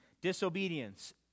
Disobedience